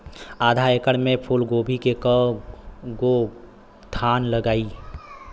आधा एकड़ में फूलगोभी के कव गो थान लागी?